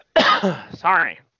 Sorry